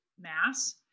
mass